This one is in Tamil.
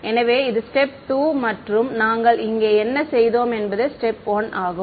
எனவே இது ஸ்டேப் 2 மற்றும் நாங்கள் இங்கே என்ன செய்தோம் என்பது ஸ்டேப் 1 ஆகும்